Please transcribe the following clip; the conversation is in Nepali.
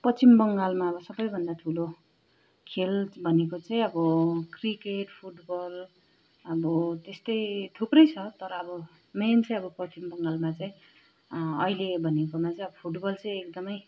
पश्चिम बङ्गालमा अब सबैभन्दा ठुलो खेल भनेको चाहिँ अब क्रिकेट फुटबल अब त्यस्तै थुप्रै छ तर अब मेन चाहिँ अब पश्चिम बङ्गालमा चाहिँ अहिले भनेकोमा चाहिँ अब फुटबल चाहिँ एकदमै